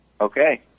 Okay